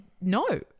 no